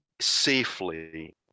safely